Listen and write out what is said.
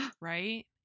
right